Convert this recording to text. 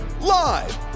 Live